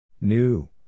New